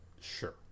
sure